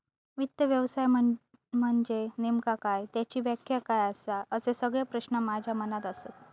वित्त व्यवसाय म्हनजे नेमका काय? त्याची व्याख्या काय आसा? असे सगळे प्रश्न माझ्या मनात आसत